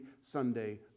Sunday